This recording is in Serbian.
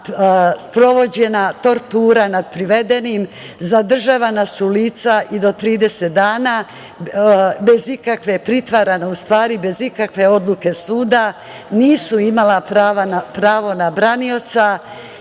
sprovođena tortura nad privedenim, zadržavana su lica i do 30 dana, pritvarana bez ikakve odluke suda, nisu imali pravo na branioca.